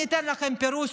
אני אתן לכם פירוש,